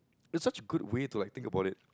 it's such a good way to acting about it